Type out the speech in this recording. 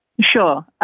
Sure